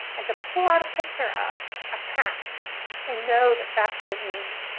and to pull out a picture of a cat and know that that's what it means.